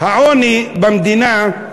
העוני במדינה,